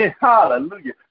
Hallelujah